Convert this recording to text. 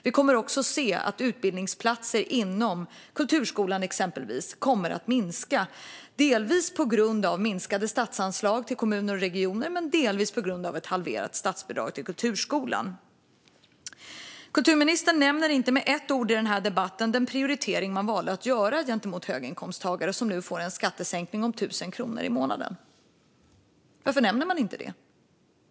Vi kommer också att se att antalet utbildningsplatser inom till exempel kulturskolan kommer att minska, delvis på grund av minskade statsanslag till kommuner och regioner, delvis på grund av ett halverat statsbidrag till kulturskolan. Kulturministern nämner inte med ett ord i denna debatt den prioritering som man valde att göra gentemot höginkomsttagare som nu får en skattesänkning på 1 000 kronor i månaden. Varför nämner hon inte den?